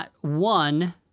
one